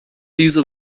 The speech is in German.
diese